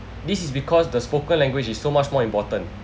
this is because the spoken language is so much more important